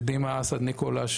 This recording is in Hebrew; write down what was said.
ודימא אסעד ניקולא,